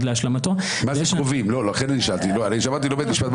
להשלמתו -- אמרתי שזה לא בית משפט,